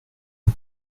une